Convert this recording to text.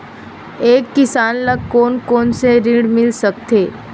एक किसान ल कोन कोन से ऋण मिल सकथे?